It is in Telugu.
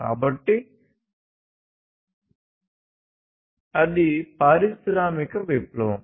కాబట్టి అది పారిశ్రామిక విప్లవం